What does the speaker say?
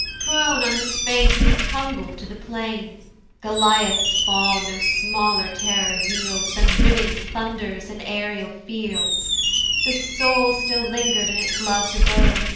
prone on his face he tumbled to the plain goliath's fall no smaller terror yields than riving thunders in aerial fields the soul still ling'red in its lov'd abode,